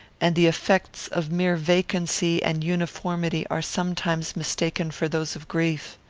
and the effects of mere vacancy and uniformity are sometimes mistaken for those of grief.